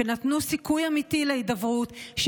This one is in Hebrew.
שנתנו סיכוי אמיתי להידברות,